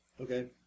Okay